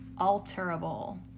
alterable